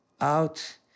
out